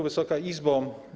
Wysoka Izbo!